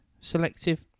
selective